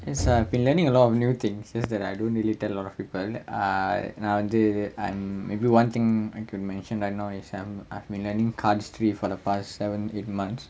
it's uh been learning a lot of new things just that I don't really tell a lot of people uh nowadays I'm maybe one thing I could mention right now is I've been learning cards tricks for the past seven eight months